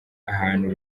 ahantu